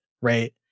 right